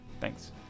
Thanks